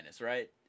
right